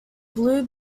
blue